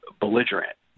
belligerent